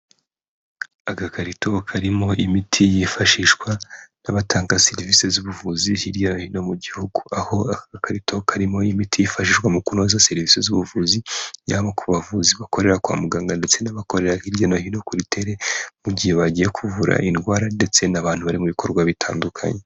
Agakarito karimo imiti yifashishwa n'abatanga serivisi z'ubuvuzi hirya no hino mu gihugu. Aho aka gakarito karimo imiti yifashishwa mu kunoza serivisi z'ubuvuzi, yaba ku bavuzi bakorera kwa muganga ndetse n'abakorera hirya no hino kuri tere, mu gihe bagiye kuvura indwara ndetse n'abantu bari mu bikorwa bitandukanye.